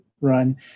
run